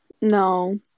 no